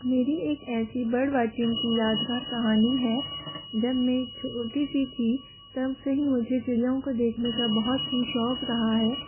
मेरी एक ऐसी बर्ड वॉचिंग की यादगार कहानी है जब मैं छोटी सी थी तबसे ही मुझे चिड़ियों को देखने का बहुत ही शौक रहा है